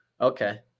Okay